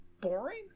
boring